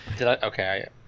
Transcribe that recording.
Okay